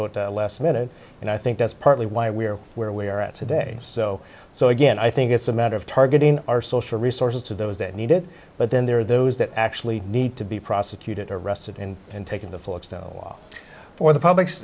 vote last minute and i think that's partly why we are where we are at today so so again i think it's a matter of targeting our social resources to those that need it but then there are those that actually need to be prosecuted arrested in and taken the full extent while for the